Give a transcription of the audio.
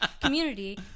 community